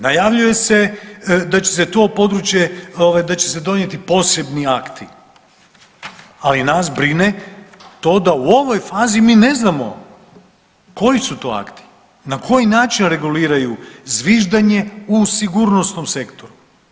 Najavljuje se da će se to područje da će se donijeti posebni akti, ali nas brine to da u ovoj fazi mi ne znamo koji su tu akti, na koji način reguliraju zviždanje u sigurnosnom sektoru.